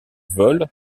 vol